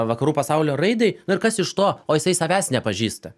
vakarų pasaulio raida nu ir kas iš to o jisai savęs nepažįsta